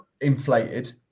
inflated